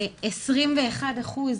21 אחוז